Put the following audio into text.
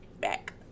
back